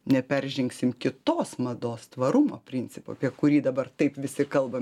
neperžengsim kitos mados tvarumo principo apie kurį dabar taip visi kalbam